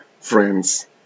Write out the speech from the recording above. friends